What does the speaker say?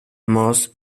moss